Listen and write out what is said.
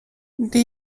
der